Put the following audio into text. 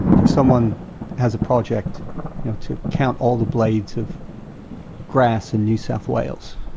if someone has a project you know to count all the blades of grass in new south wales,